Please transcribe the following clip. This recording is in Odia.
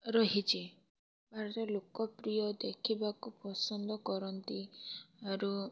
ରହିଛି ବାହାରେ ଲୋକପ୍ରିୟ ଦେଖିବାକୁ ପସନ୍ଦ କରନ୍ତି ଆରୁ